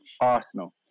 Arsenal